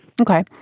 Okay